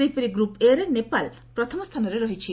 ସେହିପରି ଗ୍ରପ୍ ଏ'ରେ ନେପାଳ ପ୍ରଥମ ସ୍ଥାନରେ ରହିଛି